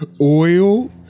oil